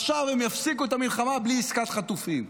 עכשיו הם יפסיקו את המלחמה בלי עסקת חטופים.